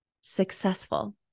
successful